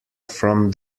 from